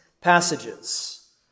passages